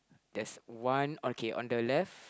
there's one okay on the left